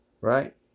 right